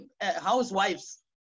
housewives